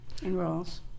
Enrolls